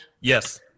Yes